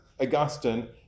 Augustine